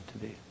today